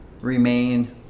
remain